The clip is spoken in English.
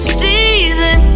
season